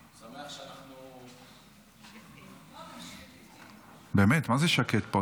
שמח שאנחנו, באמת, מה זה שקט פה?